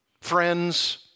friends